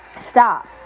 Stop